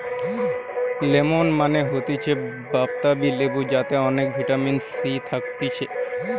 lemon মানে হতিছে বাতাবি লেবু যাতে অনেক ভিটামিন সি থাকতিছে